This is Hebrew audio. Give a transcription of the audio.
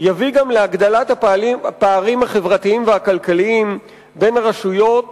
יביא גם להגדלת הפערים החברתיים והכלכליים בין הרשויות